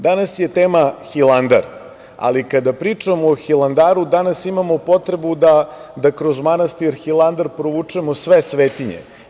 Danas je tema Hilandar, ali kada pričamo o Hilandaru danas imamo potrebu da kroz manastir Hilandar provučemo sve svetinje.